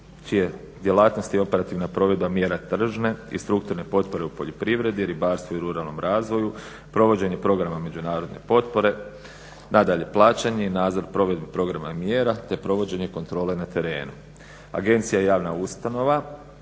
čije djelatnosti i operativna provedba mjera tržne i strukturne potpore u poljoprivredi, ribarstvu i ruralnom razvoju, provođenje programa međunarodne potpore, nadalje plaćanje i nadzor provedbe programa mjera, te provođenje kontrole na terenu. Agencija je javna ustanova.